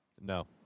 No